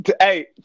Hey